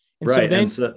Right